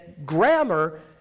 grammar